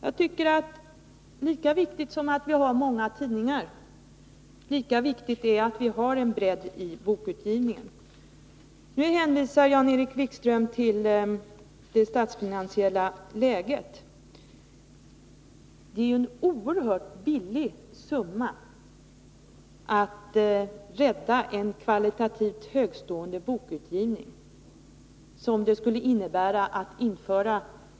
Det är viktigt att vi har många tidningar, men lika viktigt är det att vi har en bredd i bokutgivningen. Jan-Erik Wikström hänvisar till det statsfinansiella läget. En oerhört liten summa skulle emellertid behövas till att genomföra några av de förslag som jag tog upp i mitt förra inlägg.